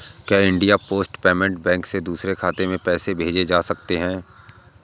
क्या India post payment bank से दूसरे खाते में पैसे भेजे जा सकते हैं?